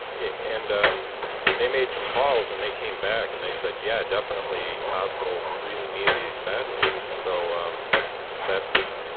and um they made some calls and they came back and they said, yeah, definitely. hospitals really need these badly. so um that's,